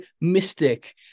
mystic